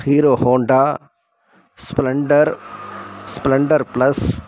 Hero Honda splendor splendor plus